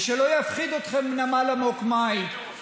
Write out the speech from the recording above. ושלא יפחיד אתכם נמל עמוק-מים, שדה תעופה?